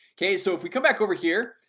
okay, so if we come back over here,